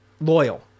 loyal